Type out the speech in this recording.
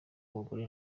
abagore